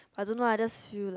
I don't know others feel like